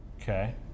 Okay